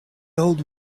old